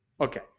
Okay